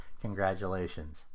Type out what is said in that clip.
Congratulations